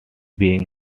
beings